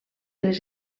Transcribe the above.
les